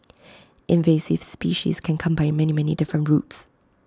invasive species can come by many many different routes